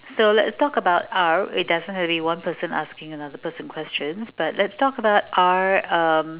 uh let's talk about our it doesn't have to be one person asking another person question but let's talk about our um